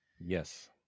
Yes